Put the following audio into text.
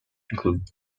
good